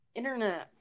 internet